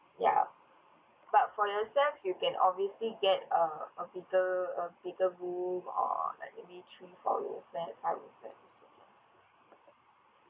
yup but for yourself you can obviously get uh a bigger a bigger room or like maybe three four room then I'd